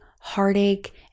heartache